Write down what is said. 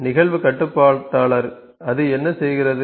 நிகழ்வு கட்டுப்பாட்டாளர் அது என்ன செய்கிறது